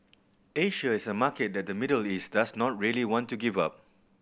Asia is a market that the Middle East does not really want to give up